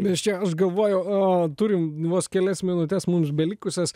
mes čia aš galvoju a turim vos kelias minutes mums be likusias